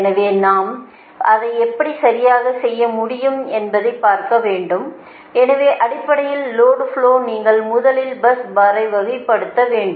எனவே நாம் அதை எப்படிச் சரியாகச் செய்ய முடியும் என்பதைப் பார்க்க வேண்டும் எனவே அடிப்படையில் லோடு ஃப்லோவில் நீங்கள் முதலில் பஸ் பாரை வகைப்படுத்த வேண்டும்